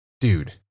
dude